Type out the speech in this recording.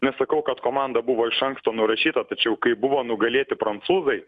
nesakau kad komanda buvo iš anksto nurašyta tačiau kai buvo nugalėti prancūzai